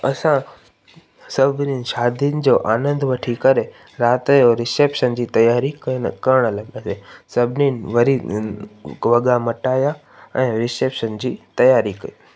असां सभिनीनि शादीनि जो आनंदु वठी करे राति जो रिसेप्शन जी तयारी कर करणु लॻासीं सभनीनि वरी वॻा मटाया ऐं रिसेप्शन जी तयारी कई